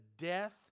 death